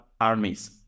armies